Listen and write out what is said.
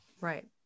Right